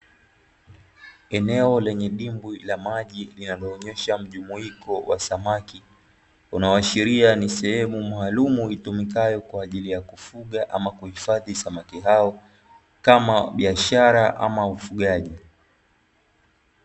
Eneo lenye dimbwi la maji linaloonyesha mjumuiko wa samaki. Unaoashiria ni sehemu maalumu itumikayo kwa ajili ya kufuga ama kuhifadhi samaki hao, kama biashara ama ufugaji.